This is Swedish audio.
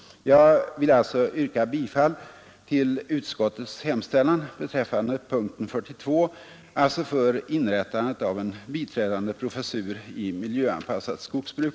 Jag vill alltså yrka bifall till utskottets hemställan vid punkten 42 om inrättande av en biträdande professur i miljöanpassat skogsbruk.